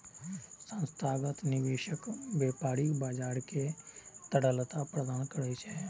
संस्थागत निवेशक व्यापारिक बाजार कें तरलता प्रदान करै छै